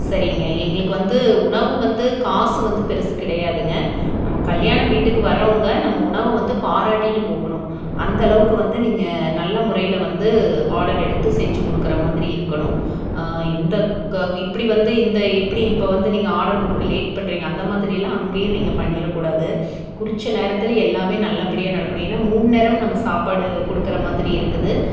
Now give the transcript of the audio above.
சரிங்க எங்களுக்கு வந்து உணவு வந்து காசு வந்து பெருசு கிடையாதுங்க நம்ம கல்யாணம் வீட்டுக்கு வர்றவங்க நம்ம உணவை வந்து பாராட்டிவிட்டு போகணும் அந்த அளவுக்கு வந்து நீங்கள் நல்ல முறையில் வந்து ஆர்டர் எடுத்து செஞ்சு கொடுக்குற மாதிரி இருக்கணும் இந்த க இப்படி வந்து இந்த இப்படி இப்போ வந்து நீங்கள் ஆர்டர் கொடுக்க லேட் பண்ணுறீங்க அந்த மாதிரியெல்லாம் அங்கையும் நீங்கள் பண்ணிடக்கூடாது குறித்த நேரத்தில் எல்லாமே நல்லபடியாக நடக்கணும் ஏன்னா மூணு நேரமும் நம்ம சாப்பாடு கொடுக்கிற மாதிரி இருக்குது